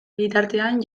bitartean